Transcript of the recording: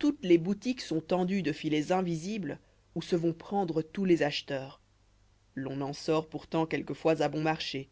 toutes les boutiques sont tendues de filets invisibles où se vont prendre tous les acheteurs l'on en sort pourtant quelquefois à bon marché